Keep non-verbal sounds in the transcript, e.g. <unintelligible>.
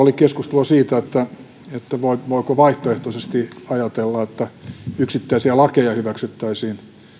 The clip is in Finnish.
<unintelligible> oli keskustelua siitä voiko vaihtoehtoisesti ajatella että yksittäisiä lakeja hyväksyttäisiin viiden